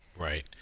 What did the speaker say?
right